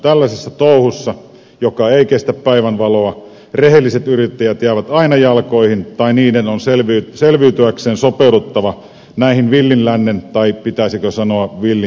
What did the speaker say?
tällaisessa touhussa joka ei kestä päivänvaloa rehelliset yrittäjät jäävät aina jalkoihin tai heidän on selviytyäkseen sopeuduttava näihin villin lännen tai pitäisikö sanoa villin idän sääntöihin